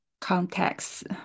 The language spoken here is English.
context